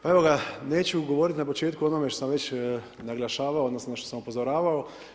Pa evo ga, neću govoriti na početku o onome što sam već naglašavao, odnosno što sam upozoravao.